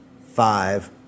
Five